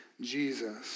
Jesus